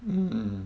mm